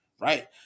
right